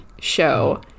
show